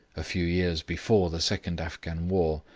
a few years before the second afghan war,